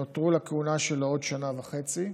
נותרו לכהונה שלו עוד שנה וחצי,